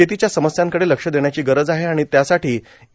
शेतीच्या समस्यांकडे लक्ष देण्याची गरज आहे आणि त्यासाठी ए